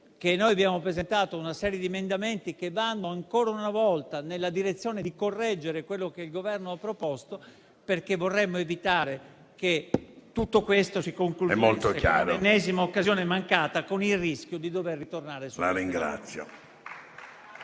che noi abbiamo presentato una serie di emendamenti che va ancora una volta nella direzione di correggere quello che il Governo ha proposto, perché vorremmo evitare che tutto questo si concludesse in un'ennesima occasione mancata, con il rischio di dover ritornare sulla